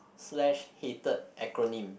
slash hated acronym